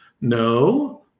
No